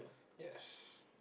yes